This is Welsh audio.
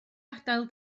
adael